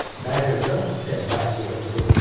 that is the step back we have to do.